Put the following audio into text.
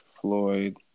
Floyd